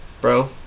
bro